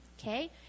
okay